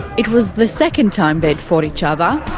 it was the second time they'd fought each other.